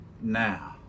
now